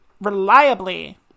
reliably